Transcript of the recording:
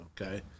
okay